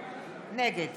נגד